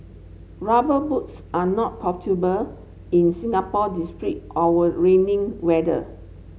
rubber boots are not in Singapore our raining weather